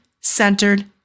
centered